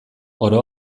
oro